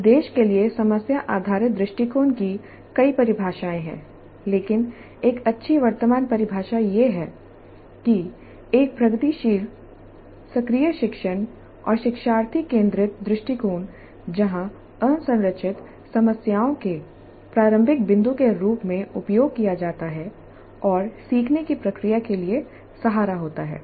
निर्देश के लिए समस्या आधारित दृष्टिकोण की कई परिभाषाएँ हैं लेकिन एक अच्छी वर्तमान परिभाषा यह है कि एक प्रगतिशील सक्रिय शिक्षण और शिक्षार्थी केंद्रित दृष्टिकोण जहां असंरचित समस्याओं को प्रारंभिक बिंदु के रूप में उपयोग किया जाता है और सीखने की प्रक्रिया के लिए सहारा होता है